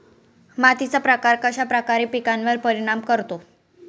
मातीचा प्रकार कश्याप्रकारे पिकांवर परिणाम करतो?